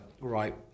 right